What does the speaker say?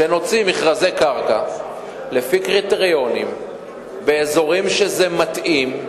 כשנוציא מכרזי קרקע לפי קריטריונים באזורים שזה מתאים,